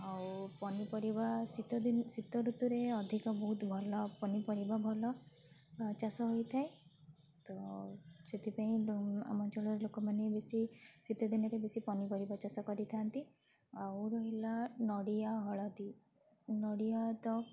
ଆଉ ପନିପରିବା ଶୀତ ଦିନେ ଶୀତ ଋତୁରେ ଅଧିକ ବହୁତ ଭଲ ପନିପରିବା ଭଲ ଚାଷ ହୋଇଥାଏ ତ ସେଥିପାଇଁ ଆମ ଅଞ୍ଚଳର ଲୋକମାନେ ବେଶୀ ଶୀତଦିନରେ ବେଶୀ ପନିପରିବା ଚାଷ କରିଥାନ୍ତି ଆଉ ରହିଲା ନଡ଼ିଆ ହଳଦୀ ନଡ଼ିଆ ତ